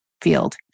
field